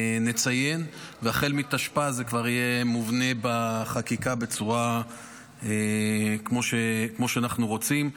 והחל מתשפ"ה זה כבר יהיה מובנה בחקיקה כמו שאנחנו רוצים,